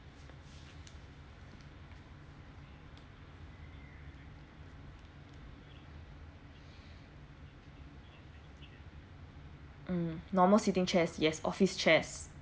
mm normal seating chairs yes office chairs